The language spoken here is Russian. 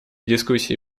дискуссии